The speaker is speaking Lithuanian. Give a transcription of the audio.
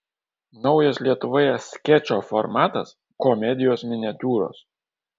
naujas lietuvoje skečo formatas komedijos miniatiūros